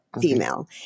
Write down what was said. female